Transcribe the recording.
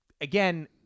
Again